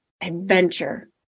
adventure